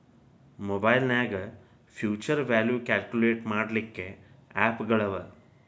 ಮಒಬೈಲ್ನ್ಯಾಗ್ future value calculate ಮಾಡ್ಲಿಕ್ಕೆ app ಗಳವ